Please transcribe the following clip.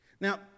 Now